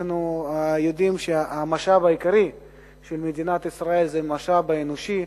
אנחנו יודעים שהמשאב העיקרי של מדינת ישראל זה המשאב האנושי,